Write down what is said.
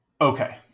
Okay